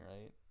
right